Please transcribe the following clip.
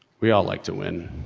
we all like to win.